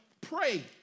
pray